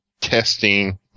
testing